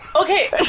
Okay